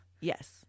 Yes